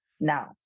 Now